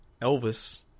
Elvis